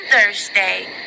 Thursday